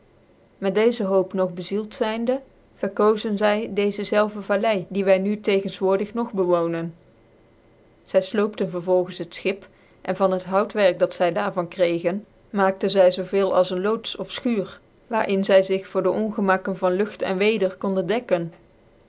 met dccze hoop nog bezield zynde verkozen zy dccze zelve valey die wy nu tegenswoordig nog bcwoonen zy flooptcn vervolgens het schip en van het houtwerk dat zy daar van kregen maakte zy zoo veel als een loots of fchuur waarin zy zich voor de oneen neger x y gemakken van lucht en weder kondc dekken